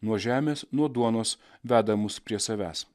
nuo žemės nuo duonos veda mus prie savęs